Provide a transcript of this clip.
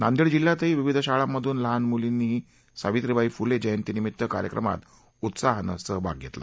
नांदेड जिल्ह्यातही विविध शाळांमधून लहान मुलींनीही सावित्रीबाई फुले जयंती निमित्त कार्यक्रमात उत्साहानं सहभाग घेतला